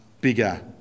bigger